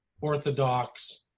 Orthodox